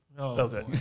Okay